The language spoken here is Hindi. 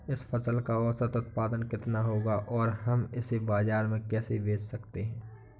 इस फसल का औसत उत्पादन कितना होगा और हम इसे बाजार में कैसे बेच सकते हैं?